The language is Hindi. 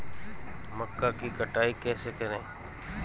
मक्का की कटाई कैसे करें?